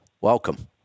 welcome